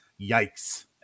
Yikes